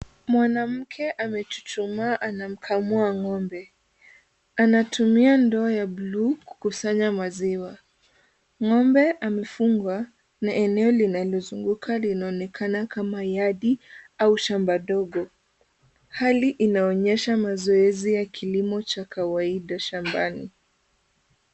Mwanamke anachuchumaa anamkamua ng'ombe. Anatumia ndoo ya bluu kukusanya maziwa. Ng'ombe amefungwa na eneo linalozunguka linaonekana kama yadi au shamba dogo. Hali inaonyesha mazoezi ya kilimo cha kawaida shambani.